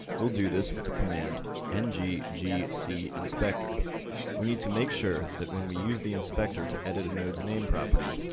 we'll do this with the command ng g g c inspector we need to make sure that when we use the inspector to edit a node's name property,